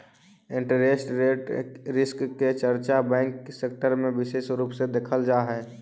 interest rate risk के चर्चा bank sector में विशेष रूप से देखल जा हई